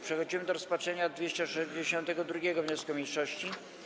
Przechodzimy do rozpatrzenia 262. wniosku mniejszości.